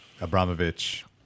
Abramovich